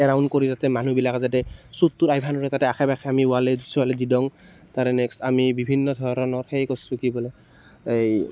round কৰি দিয়ে তাতে মানুহবিলাকে যাতে য'ত ত'ত আহিব নোৱাৰে তাতে আশে পাশে আমি ৱালে স্বালে তাৰে নেক্সট আমি বিভিন্ন ধৰণৰ সেই কৰিছোঁ কি বোলে এই